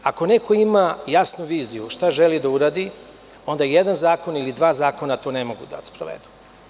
Ako neko ima jasnu viziju šta želi da uradi, onda jedan ili dva zakona to ne mogu da sprovedu.